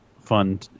fun